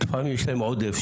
אבל הם יש להם עודף,